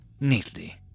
neatly